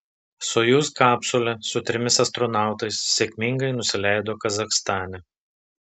sojuz kapsulė su trimis astronautais sėkmingai nusileido kazachstane